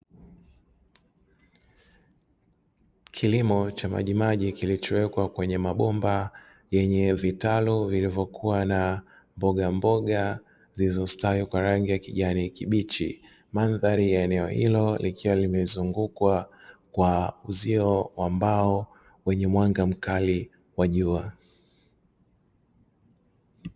Kilimo cha maji maji kilichowekwa kwenye mabomba yenye vitaru vilivyo kuwa na mboga mboga zilizostawi kwa rangi ya kijani kibichi, mandhari ya eneo hilo likiwa limezungukwa kwa uzio wenye mwanga mkali wa jua.